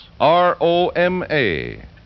R-O-M-A